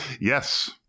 Yes